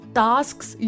tasks